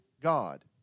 God